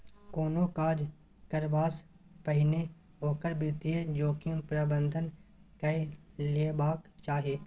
कोनो काज करबासँ पहिने ओकर वित्तीय जोखिम प्रबंधन कए लेबाक चाही